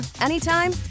anytime